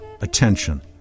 attention